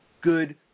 good